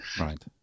right